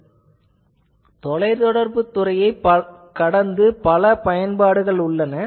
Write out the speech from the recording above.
s தொலைத்தொடர்புத் துறையைக் கடந்து பல பயன்பாடுகள் உள்ளன